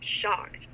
shocked